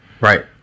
Right